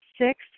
Six